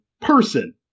person